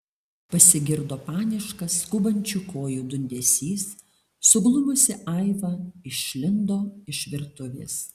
pasigirdo paniškas skubančių kojų dundesys suglumusi aiva išlindo iš virtuvės